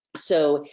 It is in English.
so,